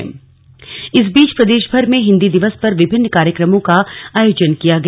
slug Hindi दिवस इस बीच प्रदेशभर में हिंदी दिवस पर विभिन्न कार्यक्रमों का आयोजन किया गया